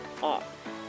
off